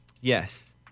Yes